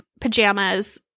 pajamas